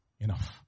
Enough